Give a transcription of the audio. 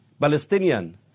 Palestinian